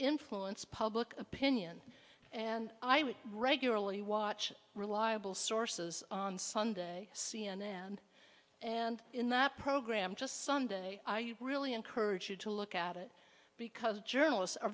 influence public opinion and i would regularly watch reliable sources on sunday c n n and in that program just sunday i really encourage you to look at it because journalists are